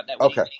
Okay